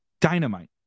dynamite